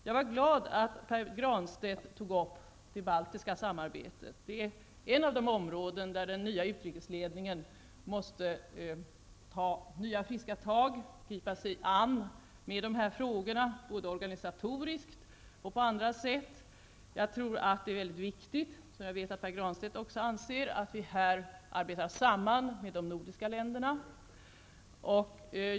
Jag var glad att Pär Granstedt tog upp frågan om det baltiska samarbetet. Det är ett av de områden där den nya utrikesledningen måste ta nya friska tag, gripa sig an dessa frågor både organisatoriskt och på andra sätt. Jag tror att det är mycket viktigt -- och jag vet att även Pär Granstedt är av den uppfattningen -- att vi i detta sammanhang arbetar tillsammans med de nordiska länderna.